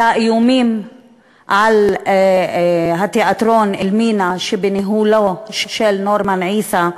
והאיומים על תיאטרון "אלמינא" שבניהול נורמן עיסא,